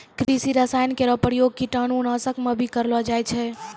कृषि रसायन केरो प्रयोग कीटाणु नाशक म भी करलो जाय छै